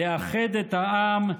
לאחד את העם,